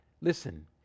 Listen